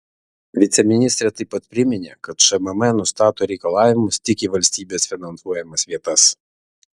viceministrė taip pat priminė kad šmm nustato reikalavimus tik į valstybės finansuojamas vietas